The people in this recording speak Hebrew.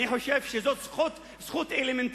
אני חושב שזאת זכות אלמנטרית,